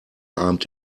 abend